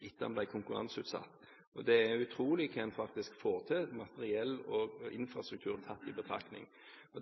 etter at den ble konkurranseutsatt. Det er utrolig hva en faktisk får til, materiell og infrastruktur tatt i betraktning.